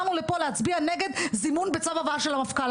באנו לפה להצביע נגד זימון בצו הבאה של המפכ"ל.